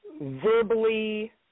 verbally